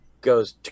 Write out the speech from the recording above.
goes